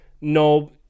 No